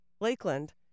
Lakeland